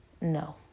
no